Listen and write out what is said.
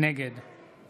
נגד